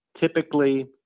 typically